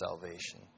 salvation